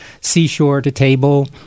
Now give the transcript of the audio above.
seashore-to-table